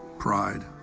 pride,